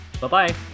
bye-bye